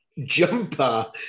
jumper